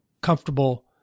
comfortable